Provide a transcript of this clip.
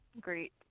great